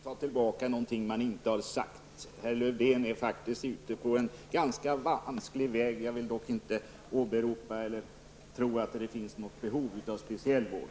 Herr talman! Det är inte lätt att ta tillbaka något man inte har sagt. Herr Lövdén är faktiskt ute på en ganska vansklig väg. Jag vill dock inte tro att det finns något behov av speciell vård.